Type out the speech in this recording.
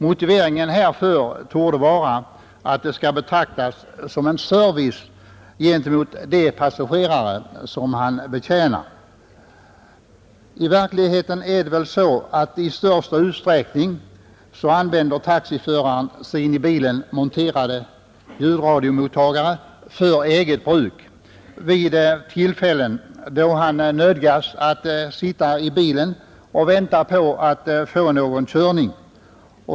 Motiveringen härför torde vara att radion skall betraktas som en service gentemot de passagerare han betjänar. I verkligheten är det väl så att taxiföraren i största utsträckning använder sin i bilen monterade ljudradiomottagare för eget bruk vid tillfällen då han nödgas sitta i bilen och vänta på att få någon körning.